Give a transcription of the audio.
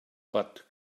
but